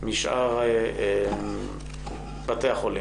משאר בתי החולים.